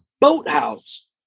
boathouse